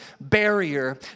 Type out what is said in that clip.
barrier